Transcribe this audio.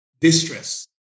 distress